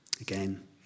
again